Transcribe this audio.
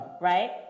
right